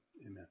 Amen